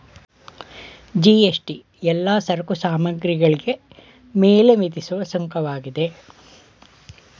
GST ಎಲ್ಲಾ ಸರಕು ಸಾಮಗ್ರಿಗಳಿಗೆ ಮೇಲೆ ವಿಧಿಸುವ ಸುಂಕವಾಗಿದೆ